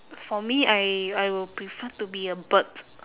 for me I I will prefer to be a bird